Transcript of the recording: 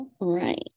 right